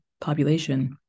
population